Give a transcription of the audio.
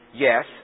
Yes